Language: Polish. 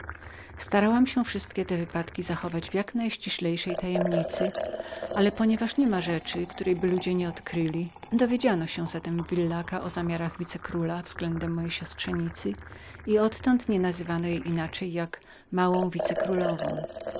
starałam się wszystkie te wypadki zachować w jak najściślejszej tajemnicy ale ponieważ niema rzeczy której by ludzie nie odkryli dowiedziano się zatem w villaca o zamiarach wicekróla względem mojej synowicy i odtąd nie nazywano jej inaczej jak małą